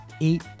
eight